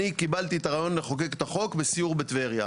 אני קיבלתי את הרעיון לחוקק את החוק בסיור בטבריה.